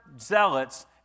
zealots